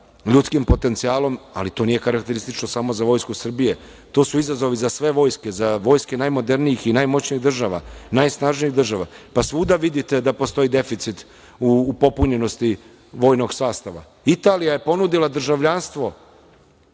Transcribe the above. ljudskim potencijalom, ali to nije karakteristično samo za Vojsku Srbije, to su izazovi za sve sve vojske, za vojske najmodernijih i najmoćnijih država, najsnažnijih država. Pa svuda vidite da postoji deficit u popunjenosti vojnog sastava. Italija je ponudila državljanstvo